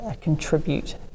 contribute